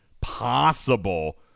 possible